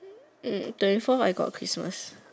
mm twenty four I got Christmas